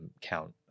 count